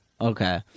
Okay